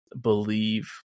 believe